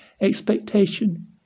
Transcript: Expectation